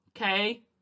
Okay